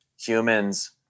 humans